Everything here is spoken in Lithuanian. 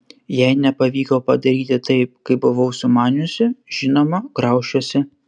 jei nepavyko padaryti taip kaip buvau sumaniusi žinoma graužiuosi